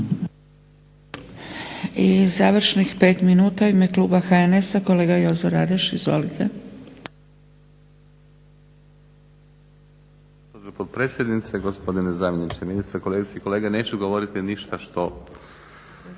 I završnih pet minuta u ime kluba HNS-a kolega Jozo Radoš. Izvolite.